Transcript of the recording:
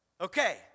Okay